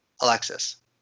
Alexis